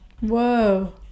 whoa